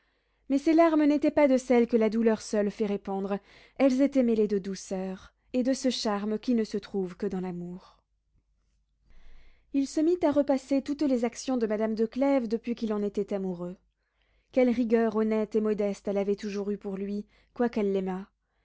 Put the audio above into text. mais ces larmes n'étaient pas de celles que la douleur seule fait répandre elles étaient mêlées de douceur et de ce charme qui ne se trouve que dans l'amour il se mit à repasser toutes les actions de madame de clèves depuis qu'il en était amoureux quelle rigueur honnête et modeste elle avait toujours eue pour lui